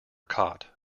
cot